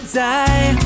die